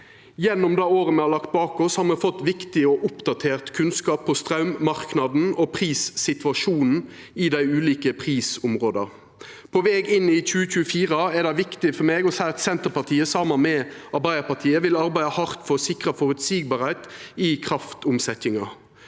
Gjennom det året me har lagt bak oss, har me fått viktig og oppdatert kunnskap om straummarknaden og prissituasjonen i dei ulike prisområda. På veg inn i 2024 er det viktig for meg å seia at Senterpartiet, saman med Arbeidarpartiet, vil arbeida hardt for å sikra føreseielegheit i kraftomsetjinga